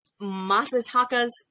Masataka's